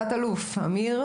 תת אלוף אמיר